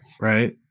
Right